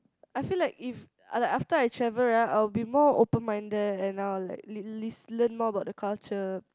I feel like if like after I travel right I will be more open minded and I will like list~ list~ learn more about the culture